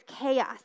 chaos